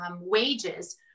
wages